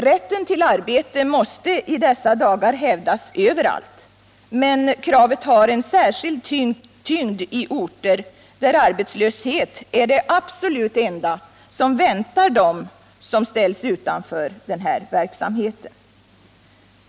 Rätten till arbete måste i dessa dagar hävdas överallt, men kravet har särskild tyngd i orter där arbetslöshet är det absolut enda som väntar dem som ställs utanför den här verksamheten.